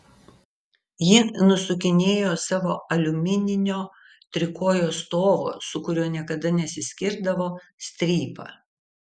ji nusukinėjo savo aliumininio trikojo stovo su kuriuo niekada nesiskirdavo strypą